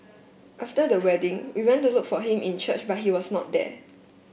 after the wedding we went to look for him in church but he was not there